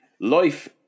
life